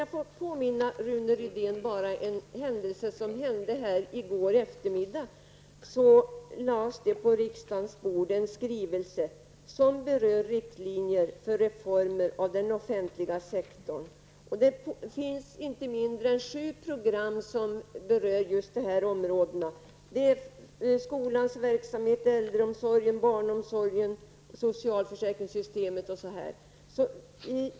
Jag vill bara påminna Rune Rydén om att det i går eftermiddag lades en skrivelse på riksdagens bord som berör riktlinjer för reformer av den offentliga sektorn. Det finns inte mindre än sju program som berör just dessa områden, bl.a. skolans verksamhet, äldreomsorg, barnomsorg, socialförsäkringssystemet.